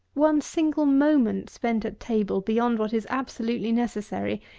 one single moment spent at table beyond what is absolutely necessary,